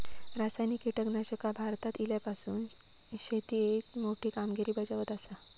रासायनिक कीटकनाशका भारतात इल्यापासून शेतीएत मोठी कामगिरी बजावत आसा